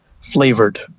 flavored